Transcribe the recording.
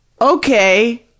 Okay